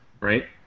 right